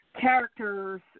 characters